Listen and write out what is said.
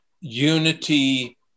unity